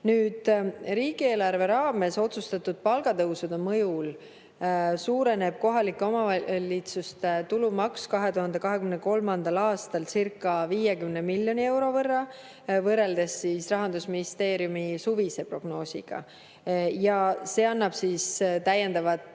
Riigieelarve raames otsustatud palgatõusude mõjul suureneb kohalike omavalitsuste tulumaks 2023. aastalcirca50 miljoni euro võrra võrreldes Rahandusministeeriumi suvise prognoosiga. Ja see annab täiendavat